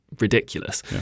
ridiculous